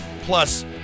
Plus